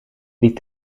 die